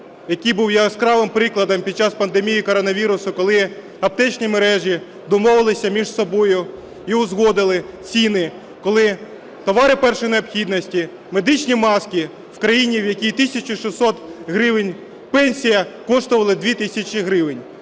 які були яскравим прикладом під час пандемії коронавірусу, коли аптечні мережі домовилися між собою і узгодили ціни, коли товари першої необхідності, медичні маски в країні, в якій 1600 гривень пенсія, коштували 2 тисячі гривень.